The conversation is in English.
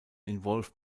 involve